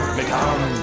become